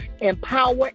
empower